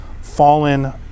fallen